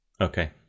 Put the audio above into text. Okay